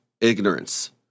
ignorance